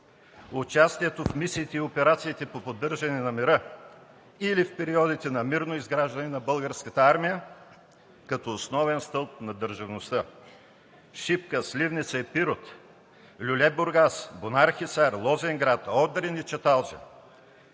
участието в мисиите и операциите по поддържане на мира или в периодите на мирно изграждане на българската армия, като основен стълб на държавността. Шипка, Сливница и Пирот, Люлебургас, Бунархисар, Лозенград, Одрин и Чаталджа,